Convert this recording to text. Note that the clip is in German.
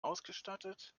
ausgestattet